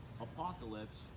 apocalypse